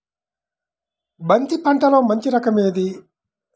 బంతి పంటలో మంచి రకం ఏది?